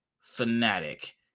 fanatic